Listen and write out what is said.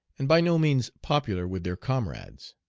and by no means popular with their comrades.